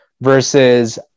Versus